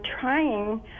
trying